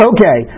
Okay